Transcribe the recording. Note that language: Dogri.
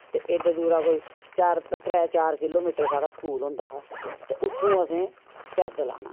ते एड्डे दूरा कोई चार त्रै चार किलोमीटर साढ़ा स्कूल होंदा हा ते उत्थूं असें पैदल आना